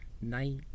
night